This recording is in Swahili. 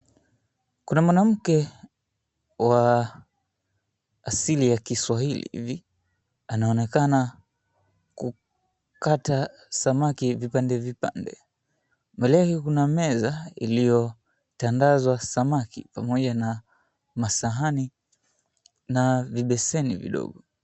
Kuna mwanamke wa asili ya kiswahili hivi, anaonekana kukata samaki vipande vipande. Mbele yake kuna meza iliyotandazwa samaki pamoja na masahani na vibeseni vidogo.